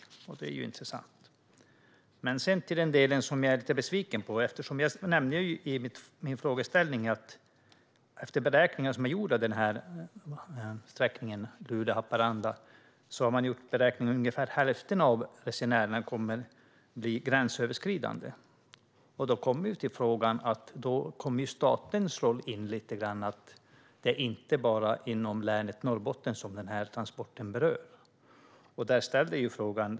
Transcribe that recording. Det är intressant. Så till den del som jag är lite besviken över. Jag nämnde i min fråga att efter beräkningar som är gjorda på den här sträckningen Luleå-Haparanda har man kommit fram till att ungefär hälften av resenärerna skulle vara gränsöverskridande. Då kommer frågan om statens roll in lite grann i och med att den här transporten inte bara är inom Norrbottens län.